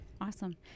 Awesome